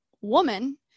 woman